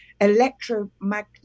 electromagnetic